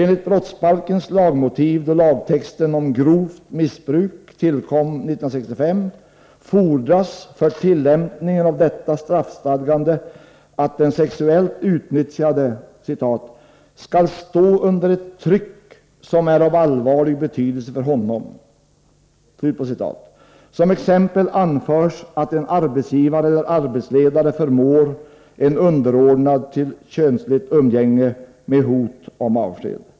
Enligt lagmotiven från 1965 till lagtexten om ”grovt missbruk” fordras nämligen för tillämpningen av detta straffstadgande att den sexuellt utnyttjade ”skall stå under ett tryck som är av allvarlig betydelse för honom”. Som exempel anförs att en arbetsgivare eller arbetsledare förmår en underordnad till könsligt umgänge med hot om avsked.